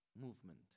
movement